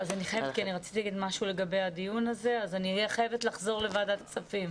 רציתי לומר משהו לגבי הדיון הזה ואני חייבת לחזור לוועדת הכספים.